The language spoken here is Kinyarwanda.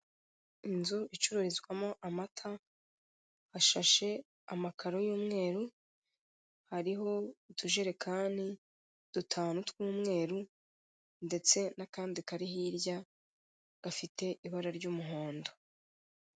Inzu icururizwamo amata, hashashe amakaro y'umweru, hariho utujerekani dutanu tw'umweru ndetse n'akandi kari hirya gafite ibara ry'umuhondo.